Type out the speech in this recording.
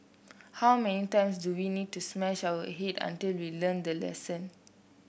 how many times do we need to smash our head until we learn the lesson